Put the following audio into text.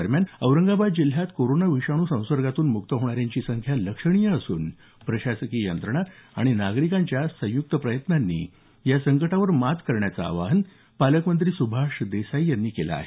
दरम्यान औरंगाबाद जिल्ह्यात कोरोना विषाणू संसर्गातून मुक्त होणाऱ्यांची संख्या लक्षणीय असून प्रशासकीय यंत्रणा आणि नागरिकांच्या संयुक्त प्रयत्नांनी या संकटावर मात करण्याचं आवाहन पालकमंत्री सुभाष देसाई यांनी केलं आहे